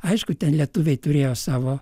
aišku ten lietuviai turėjo savo